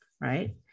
right